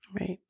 Right